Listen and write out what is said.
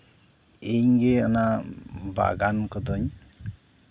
ᱤᱧᱜᱮ ᱚᱱᱟ ᱵᱟᱜᱟᱱ ᱠᱚᱫᱚᱧ